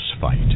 fight